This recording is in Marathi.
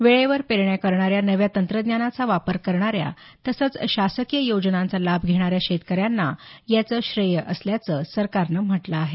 वेळेवर पेरण्या करणाऱ्या नव्या तंत्रज्ञानाचा वापर करणाऱ्या तसंच शासकीय योजनांचा लाभ घेणाऱ्या शेतकऱ्यांना याचं श्रेय असल्याचं सरकारनं म्हटलं आहे